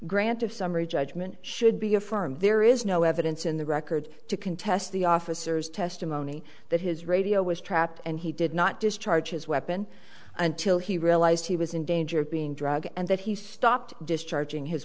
grant of summary judgment should be affirmed there is no evidence in the record to contest the officers testimony that his radio was trapped and he did not discharge his weapon until he realized he was in danger of being drugged and that he stopped discharging his